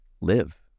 live